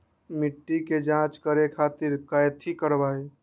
मिट्टी के जाँच करे खातिर कैथी करवाई?